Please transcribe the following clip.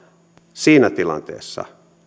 siinä tilanteessa